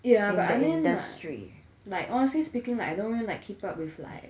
yeah but I mean like like honestly speaking like I don't really like keep up with like